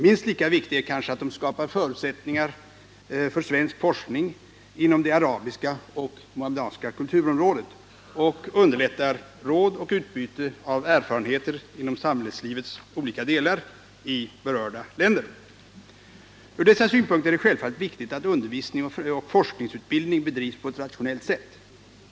Minst lika viktigt är kanske att de skapar förutsättningar för svensk forskning inom det arabiska och muhammedanska kulturområdet och underlättar råd och utbyte av erfarenheter inom samhällslivets olika delar i berörda länder. Från dessa synpunkter är det självfallet viktigt att undervisning och forskningsutbildning bedrivs på ett rationellt sätt.